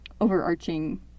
overarching